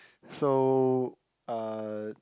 so uh